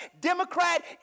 Democrat